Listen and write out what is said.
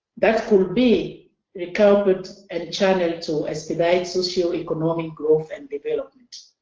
that will be recovered and channeled to expedite socioeconomic growth and development.